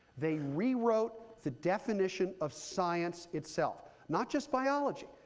they rewrote the definition of science itself. not just biology,